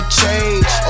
change